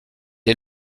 est